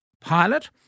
pilot